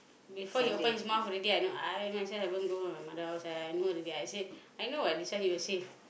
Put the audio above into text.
before he open his mouth already I know I myself haven't go with my mother I was like I know already I say I know what this one he will say